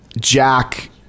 Jack